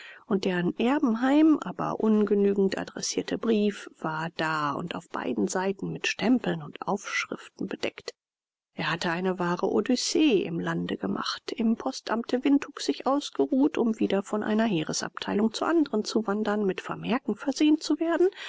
und der an erbenheim aber ungenügend adressierte brief war da und auf beiden seiten mit stempeln und aufschriften bedeckt er hatte eine wahre odyssee im lande gemacht im postamte windhuk sich ausgeruht um wieder von einer heeresabteilung zur anderen zu wandern mit vermerken versehen zu werden